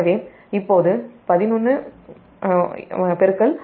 எனவேஇப்போது 1112110